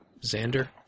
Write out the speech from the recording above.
Xander